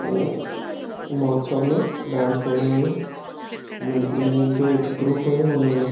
महोत्सव में डांस कयो हुयो मुन मुंहिंजो हिकु ग्रुप हुयो हुन में